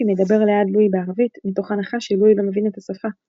אפי מדבר ליד לואי בערבית מתוך הנחה שלואי לא מבין את השפה.